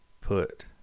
put